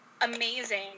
amazing